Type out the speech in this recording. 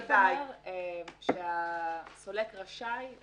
הסעיף אומר שהסולק רשאי,